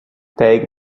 take